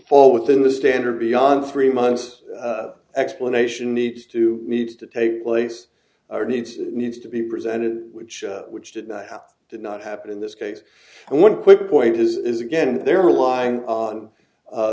fall within the standard beyond three months explanation needs to needs to take place or needs and needs to be presented which which did not how did not happen in this case and one quick point is again there are lying on